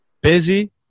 Busy